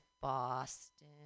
Boston